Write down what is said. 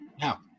Now